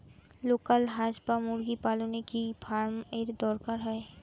Local হাস বা মুরগি পালনে কি ফার্ম এর দরকার হয়?